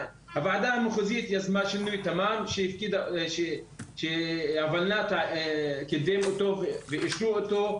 הוועדה המחוזית יזמה שינוי תמ"מ שהוולנת"ע קידם אותו והשהו אותו,